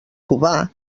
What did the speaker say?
cubà